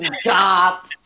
Stop